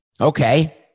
Okay